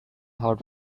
hard